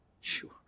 Sure